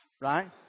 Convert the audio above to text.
right